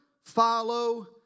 follow